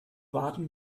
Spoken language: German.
warten